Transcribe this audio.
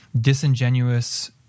disingenuous